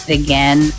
again